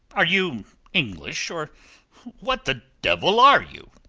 are you english, or what the devil are you?